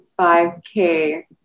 5K